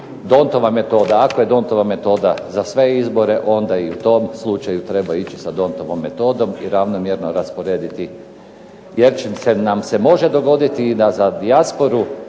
predstavnika manjina. Donteova metoda za sve izbore onda i u tom slučaju treba ići sa Donteovom metodom i ravnomjerno rasporediti jer nam se može dogoditi i da za dijasporu